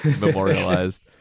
memorialized